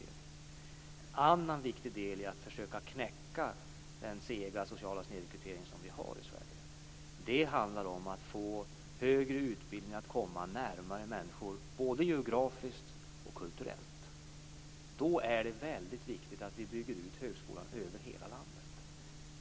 En annan viktig del i att försöka knäcka den sega sociala snedrekrytering vi har i Sverige handlar om att få högre utbildning att komma närmare människor, både geografiskt och kulturellt. Då är det väldigt viktigt att vi bygger ut högskolan över hela landet.